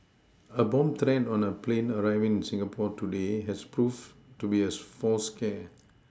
a bomb threat on a plane arriving in Singapore today has proved to be a false scare